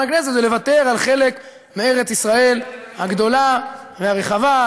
הכנסת ולוותר על חלק מארץ ישראל הגדולה והרחבה,